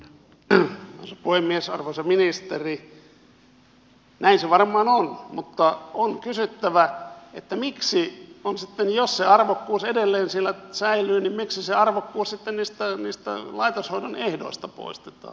arvoisa ministeri näin se varmaan on mutta on kysyttävä että jos se arvokkuus edelleen siellä säilyy niin miksi se arvokkuus sitten niistä laitoshoidon ehdoista poistetaan